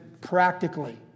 practically